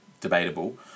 debatable